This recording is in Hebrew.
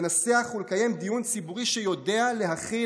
לנסח ולקיים דיון ציבורי שיודע להכיל